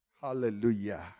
Hallelujah